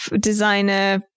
designer